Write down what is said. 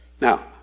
now